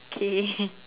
okay